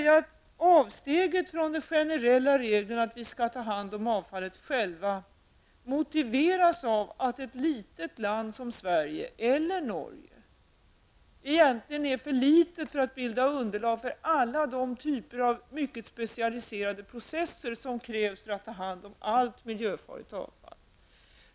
Avsteget från den generella regeln att vi skall ta hand om avfallet själva motiveras av att ett litet land som Sverige eller Norge egentligen är för litet för att bilda underlag för alla de typer av mycket specialiserade processer som krävs för att ta hand om allt miljöfarligt avfall.